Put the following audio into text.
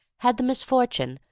had the misfortune,